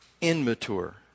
immature